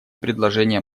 предложения